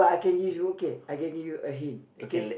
K is okay I can give you a hint okay